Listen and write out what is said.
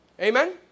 Amen